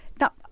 Now